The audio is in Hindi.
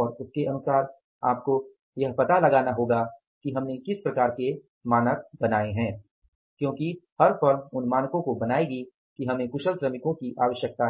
और उसके अनुसार आपको यह पता लगाना होगा कि हमने किस प्रकार के मानक बनाये है क्योंकि हर फर्म उन मानकों को बनाएगी कि हमें 2 कुशल श्रमिकों की आवश्यकता